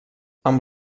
amb